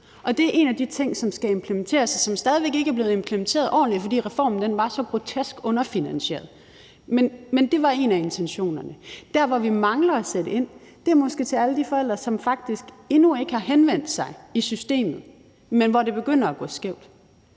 og det er en af de ting, som skal implementeres, og som stadig væk ikke er blevet implementeret ordentligt, fordi reformen var så grotesk underfinansieret. Men det var en af intentionerne. Der, hvor vi mangler at sætte ind, er måske over for alle de forældre, som faktisk endnu ikke har henvendt sig i systemet, men hvor det begynder at gå skævt.